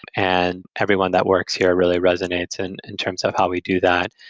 and everyone that works here really resonates and in terms of how we do that.